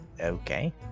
okay